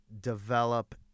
develop